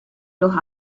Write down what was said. los